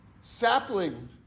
sapling